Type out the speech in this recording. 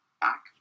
back